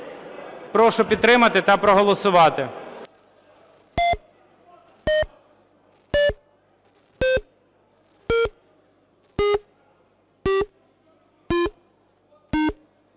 Прошу підтримати та проголосувати.